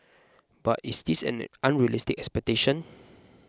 but is this an unrealistic expectation